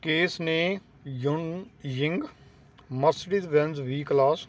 case ਨੇ ਯੁੰਗ ਯਿੰਗ ਮੋਸਟਿਡ ਵੈਨਜ ਵੀ ਕਲਾਸ